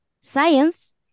science